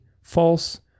false